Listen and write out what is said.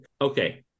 Okay